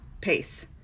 Pace